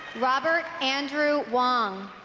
robert andrew wong